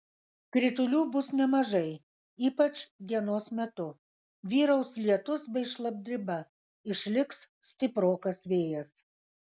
kritulių bus nemažai ypač dienos metu vyraus lietus bei šlapdriba išliks stiprokas vėjas